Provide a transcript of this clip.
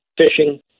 fishing